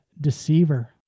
Deceiver